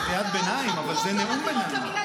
אבל זה לא נכון.